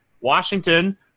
washington